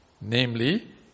namely